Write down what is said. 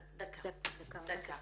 דקה.